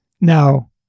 now